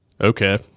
okay